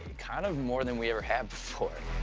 kind of more than we've ever had before.